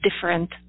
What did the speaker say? different